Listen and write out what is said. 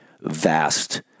vast